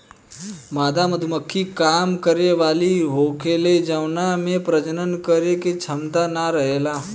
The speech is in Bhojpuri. मादा मधुमक्खी काम करे वाली होखेले जवना में प्रजनन करे के क्षमता ना रहेला